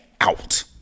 out